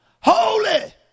holy